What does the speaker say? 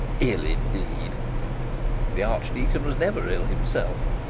ill, indeed the archdeacon was never ill himself,